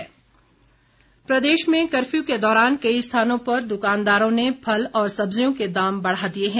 महंगाई प्रदेश में कर्फ्यू के दौरान कई स्थानों पर दुकानदारों ने फल और सब्जियों के दाम बढ़ा दिए हैं